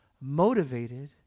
motivated